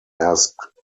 asked